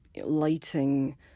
lighting